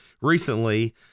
recently